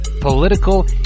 political